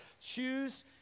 choose